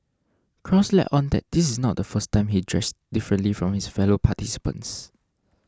cross let on that this is not the first time he dressed differently from his fellow participants